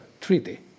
treaty